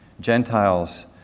Gentiles